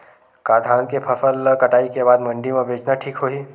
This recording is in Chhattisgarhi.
का धान के फसल ल कटाई के बाद मंडी म बेचना ठीक होही?